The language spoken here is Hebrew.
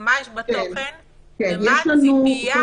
מה יש בתוכן ומה הציפייה שיהיה בסוף?